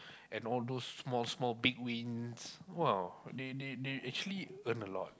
and all those small small big wins !wow! they actually earn a lot